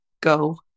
go